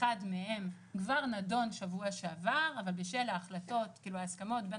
אחד מהם כבר נדון שבוע שעבר אבל בשל ההסכמות בין